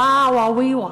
וואווה וויווה.